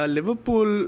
Liverpool